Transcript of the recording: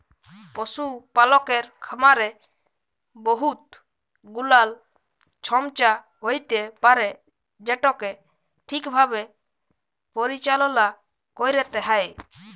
পশুপালকের খামারে বহুত গুলাল ছমচ্যা হ্যইতে পারে যেটকে ঠিকভাবে পরিচাললা ক্যইরতে হ্যয়